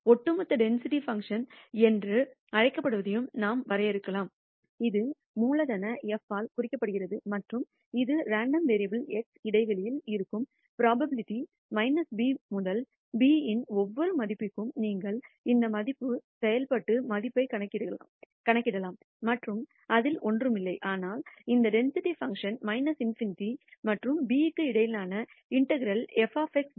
ஒட்டுமொத்த density function என்று அழைக்கப்படுவதையும் நாம் வரையறுக்கலாம் இது மூலதன F ஆல் குறிக்கப்படுகிறது மற்றும் இது ரேண்டம் வேரியபுல் x இடைவெளியில் இருக்கும் புரோபாபிலிடி b முதல் b இன் ஒவ்வொரு மதிப்புக்கும் நீங்கள் இந்த மதிப்பு செயல்பாட்டு மதிப்பைக் கணக்கிடலாம் மற்றும் அதில் ஒன்றுமில்லை ஆனால் இந்த டென்சிட்டி பங்க்ஷன் ∞ மற்றும் b க்கு இடையிலான இன்டெகரால் f dx